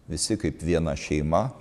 visi kaip viena šeima